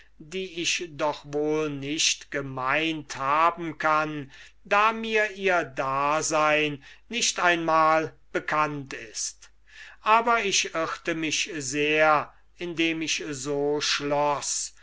die ich doch wohl nicht gemeint haben kann da mir ihr dasein nicht einmal bekannt ist aber ich irrte mich sehr indem ich so schloß